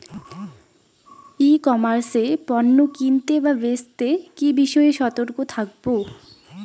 ই commerce এ পণ্য কিনতে বা বেচতে কি বিষয়ে সতর্ক থাকব?